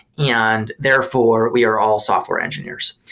and therefore we are all software engineers.